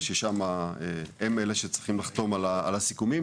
הם אלה שצריכים לחתום על הסיכומים,